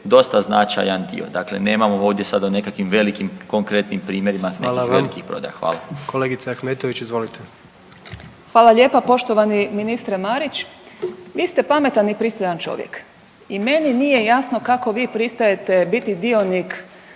dosta značajan dio. Dakle nemamo ovdje sada nekakvim velikim konkretnim primjerima, nekih velikih prodaja. Hvala. **Jandroković, Gordan (HDZ)** Hvala. Kolegica Ahmetović izvolite. **Ahmetović, Mirela (SDP)** Hvala lijepa, poštovani ministre Marić, vi ste pametan i pristojan čovjek. I meni nije jasno kako vi pristajete biti dionik